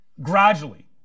gradually